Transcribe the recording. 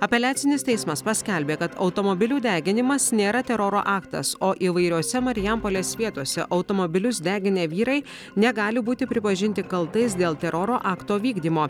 apeliacinis teismas paskelbė kad automobilių deginimas nėra teroro aktas o įvairiose marijampolės vietose automobilius deginę vyrai negali būti pripažinti kaltais dėl teroro akto vykdymo